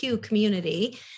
community